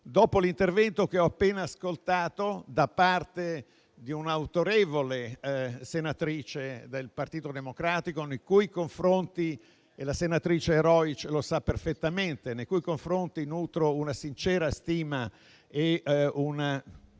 dopo l'intervento che ho appena ascoltato da parte di un'autorevole senatrice del Partito Democratico, nei cui confronti - la senatrice Rojc lo sa perfettamente - nutro una sincera stima e